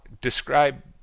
describe